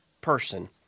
person